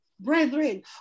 brethren